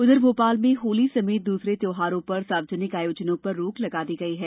उधर भोपाल में होली समेत दूसरे त्योहारों पर सार्वजनिक आयोजनों पर रोक लगा दी गई है